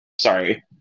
Sorry